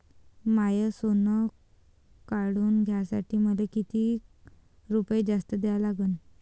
माय सोनं काढून घ्यासाठी मले कितीक रुपये जास्त द्या लागन?